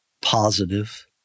positive